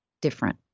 different